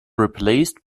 replaced